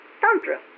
tantra